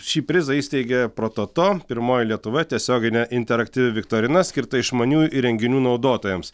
šį prizą įsteigė prototo pirmoji lietuvoje tiesioginė interaktyvi viktorina skirta išmaniųjų įrenginių naudotojams